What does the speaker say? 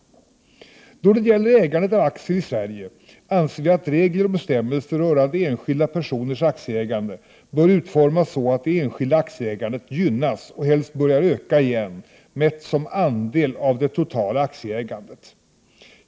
Då det gäller ägandet av aktier i Sverige, anser vi att regler och bestämmelser rörande enskilda personers aktieägande bör utformas så att det enskilda aktieägandet gynnas och helst börjar öka igen, mätt som andel av det totala aktieägandet.